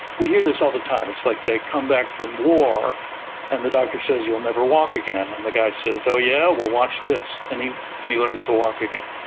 we hear this all the time, it's like they come back from war and the doctor says, you'll never walk again, and the guy says, oh, yeah? well, watch this, and he and he learns to walk again.